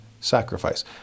sacrifice